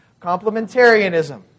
Complementarianism